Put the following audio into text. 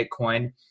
Bitcoin